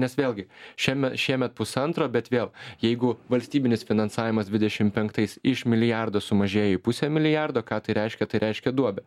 nes vėlgi šieme šiemet pusantro bet vėl jeigu valstybinis finansavimas dvidešim penktais iš milijardo sumažėja į pusę milijardo ką tai reiškia tai reiškia duobę